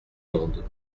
monde